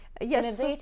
Yes